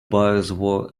bireswar